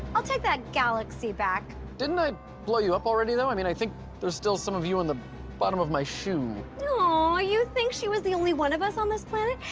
i'll take that galaxy back. didn't i blow you up already though? i mean, i think there's still some of you on the bottom of my shoe. aww, you think she was the only one of us on this planet?